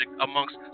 amongst